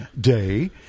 day